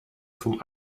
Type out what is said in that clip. vom